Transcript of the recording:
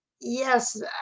Yes